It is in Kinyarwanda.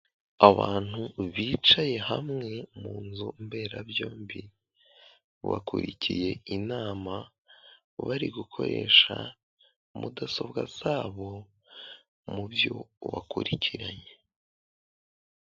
Abantu bicaye hamwe mu nzu mberabyombi bakurikiye inama bari gukoresha mudasobwa zabo mu ibyo bakurikiranye.